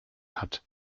hat